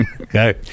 Okay